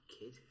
kid